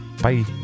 bye